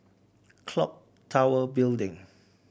Clock Tower Building